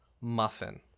Muffin